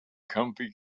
comfy